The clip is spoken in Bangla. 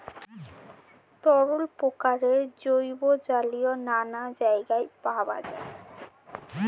তরল প্রকারের জৈব জ্বালানি নানা জায়গায় পাওয়া যায়